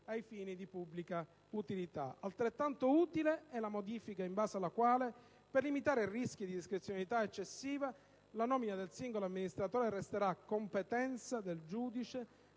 a fini di pubblica utilità. Altrettanto utile è la modifica in base alla quale, per limitare rischi di discrezionalità eccessiva, la nomina del singolo amministratore resterà competenza del giudice